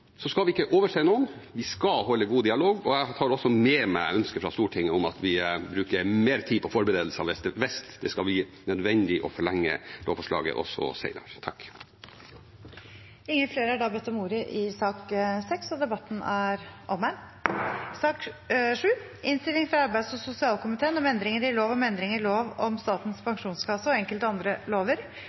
Vi skal ikke overse noen. Vi skal ha en god dialog. Jeg tar også med meg ønsket fra Stortinget om at vi bruker mer tid på forberedelser hvis det skulle bli nødvendig å forlenge lovforslaget også senere. Flere har ikke bedt om ordet til sak nr. 6. Etter ønske fra arbeids- og sosialkomiteen vil presidenten ordne debatten slik: 3 minutter til hver partigruppe og